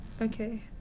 Okay